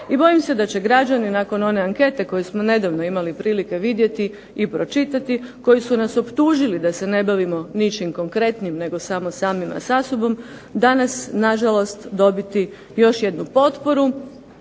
i bojim se da će građani nakon one ankete koju smo nedavno imali prilike vidjeti i pročitati, koji su nas optužili da se ne bavimo ničim konkretnim nego samo samima sa sobom, danas na žalost dobiti još jednu potporu